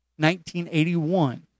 1981